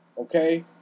Okay